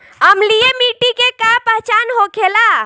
अम्लीय मिट्टी के का पहचान होखेला?